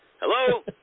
Hello